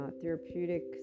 therapeutic